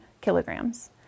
kilograms